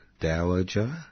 Dowager